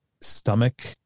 stomach